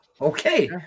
Okay